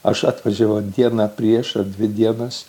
aš atvažiavau dieną prieš ar dvi dienas